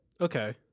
Okay